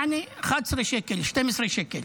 יעני, 11 שקל, 12 שקל.